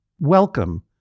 Welcome